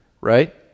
right